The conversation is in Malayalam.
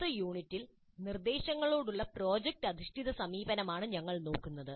അടുത്ത യൂണിറ്റിൽ നിർദ്ദേശങ്ങളോടുള്ള പ്രോജക്റ്റ് അധിഷ്ഠിത സമീപനമാണ് ഞങ്ങൾ നോക്കുന്നത്